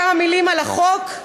כמה מילים על החוק: